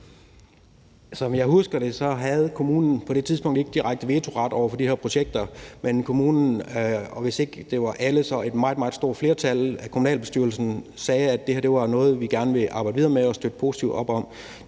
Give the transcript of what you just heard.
Som jeg husker det, havde kommunen på det tidspunkt ikke direkte vetoret i forhold til de her projekter, men hvis ikke det var alle, så var det et meget, meget stort flertal af kommunalbestyrelsen, som sagde, at det her var noget, man gerne ville arbejde videre med og støtte positivt op om.